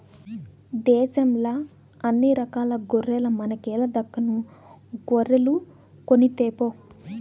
దేశంల అన్ని రకాల గొర్రెల మనకేల దక్కను గొర్రెలు కొనితేపో